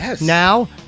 Now